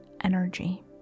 energy